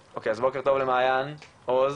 אוקיי, אז שלום ובוקר טוב למעיין עזוז,